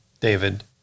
david